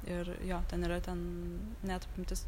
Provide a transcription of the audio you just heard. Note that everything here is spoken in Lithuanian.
ir jo ten yra ten net apimtis